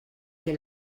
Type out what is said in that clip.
què